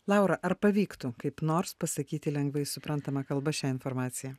laura ar pavyktų kaip nors pasakyti lengvai suprantama kalba šią informaciją